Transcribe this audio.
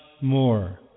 more